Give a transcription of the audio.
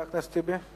חבר הכנסת אחמד טיבי,